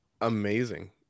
Amazing